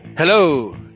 Hello